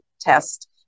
test